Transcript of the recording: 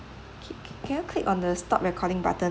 K can you click on the stop recording button